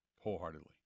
wholeheartedly